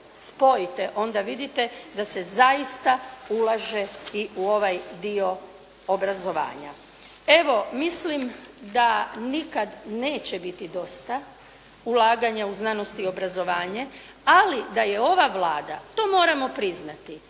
spojite onda vidite da se zaista ulaže i u ovaj dio obrazovanja. Evo mislim da nikad neće biti dosta ulaganja u znanost i obrazovanje, ali da je ova Vlada, to moramo priznati,